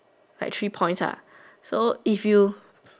like three points ah so if you